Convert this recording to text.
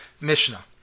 Mishnah